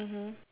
mmhmm